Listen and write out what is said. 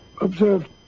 Observe